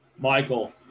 Michael